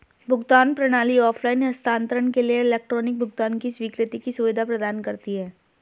भुगतान प्रणाली ऑफ़लाइन हस्तांतरण के लिए इलेक्ट्रॉनिक भुगतान की स्वीकृति की सुविधा प्रदान करती है